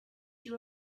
you